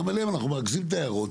גם עליהן אנחנו מרכזים את ההערות.